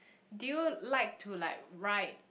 do you like to like write